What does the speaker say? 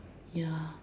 ya